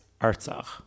Artsakh